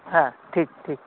ᱦᱮᱸ ᱴᱷᱤᱠ ᱴᱷᱤᱠ